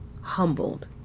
humbled